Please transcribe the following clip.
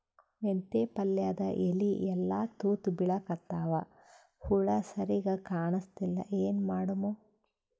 ಮೆಂತೆ ಪಲ್ಯಾದ ಎಲಿ ಎಲ್ಲಾ ತೂತ ಬಿಳಿಕತ್ತಾವ, ಹುಳ ಸರಿಗ ಕಾಣಸ್ತಿಲ್ಲ, ಏನ ಮಾಡಮು?